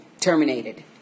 terminated